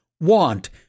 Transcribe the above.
want